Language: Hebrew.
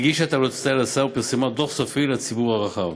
היא הגישה את המלצותיה לשר ופרסמה דוח סופי לציבור הרחב.